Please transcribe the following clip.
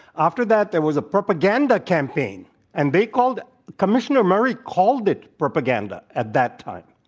after that, there was a propaganda campaign and they called commissioner murray called it propaganda, at that time.